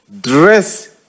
Dress